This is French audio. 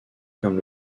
comme